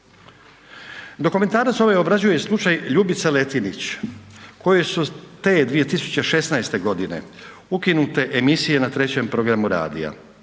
Dokumentarac ovaj obrađuje slučaj Ljubice Letinić koju su te 2016. godine ukinute emisije na 3. programu radija.